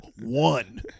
one